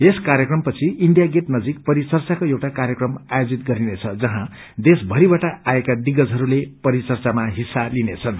यस कार्यक्रमपछि India Gate नजिक परिचच्यको एउटा कार्यक्रम आयोजित गरिनेछ जहाँ देशभरिबाट आएका दिग्गजहरूले परिचर्चामा हिस्सा लिनेछन्